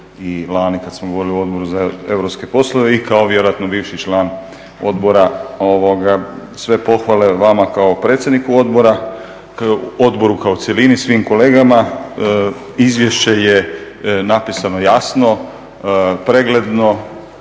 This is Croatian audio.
i lani kada smo govorili o Odboru za europske poslove i kao vjerojatno bivši član odbora. Sve pohvale vama kao predsjedniku odbora, odboru kao cjelini, svim kolegama. Izvješće je napisano jasno, pregledno